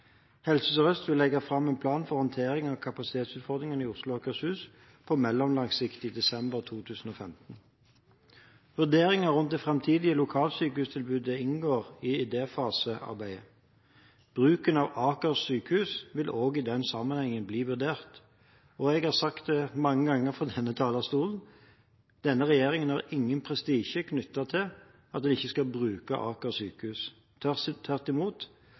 Helse Sør-Øst vil legge fram en plan for håndteringen av kapasitetsutfordringer i Oslo og Akershus på mellomlang sikt i desember i 2015. Vurderinger rundt det framtidige lokalsykehustilbudet inngår i idéfasearbeidet. Bruken av Aker sykehus vil også i den sammenhengen bli vurdert. Jeg har mange ganger sagt fra denne talerstolen at denne regjeringen har ingen prestisje knyttet til å bruke Aker sykehus. Tvert imot,